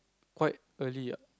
quite early ah